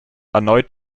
erneut